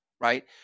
right